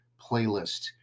playlist